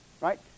right